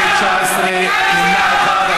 19, נמנע אחד.